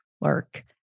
work